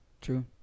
True